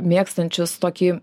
mėgstančius tokį